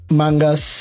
manga's